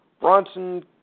Bronson